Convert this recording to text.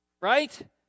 Right